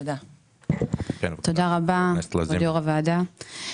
תודה רבה יושב ראש הוועדה.